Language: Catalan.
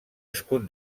escut